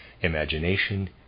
imagination